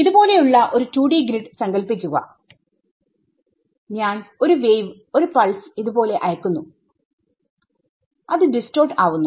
ഇത്പോലെ ഉള്ള ഒരു 2D ഗ്രിഡ് സങ്കൽപ്പിക്കുക ഞാൻ ഒരു വേവ് ഒരു പൾസ് ഇത് പോലെ അയക്കുന്നു അത് ഡിസ്റ്റോർട് ആവുന്നു